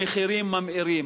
המחירים מאמירים,